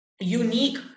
unique